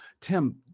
Tim